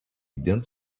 dentro